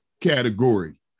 category